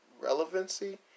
relevancy